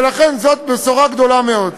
ולכן זאת בשורה גדולה מאוד.